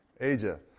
Asia